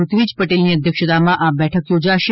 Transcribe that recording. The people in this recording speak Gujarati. ઋત્વિજ પટેલની અધ્યક્ષતામાં આ બેઠક યોજાશે